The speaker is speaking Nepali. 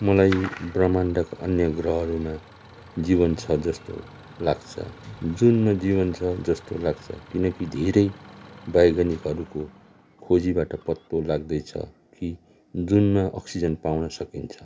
मलाई ब्रह्माण्डका अन्य ग्रहहरूमा जीवन छ जस्तो लाग्छ जुनमा जीवन छ जस्तो लाग्छ किनकि धेरै वैज्ञानिकहरूको खोजीबाट पत्तो लाग्दैछ कि जुनमा अक्सिजन पाउन सकिन्छ